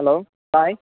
hello Sai